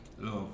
Love